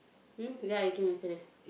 hmm ya he came yesterday